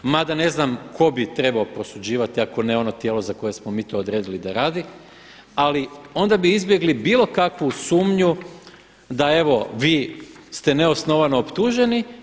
Mada ne znam tko bi trebao prosuđivati ako ne ono tijelo za koje smo mi to odredili da radi ali onda bi izbjegli bilo kakvu sumnju da evo vi ste neosnovano optuženi.